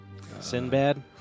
Sinbad